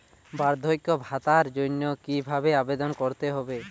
বার্ধক্য ভাতার জন্য কিভাবে আবেদন করতে হয়?